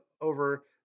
over